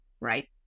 right